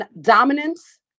dominance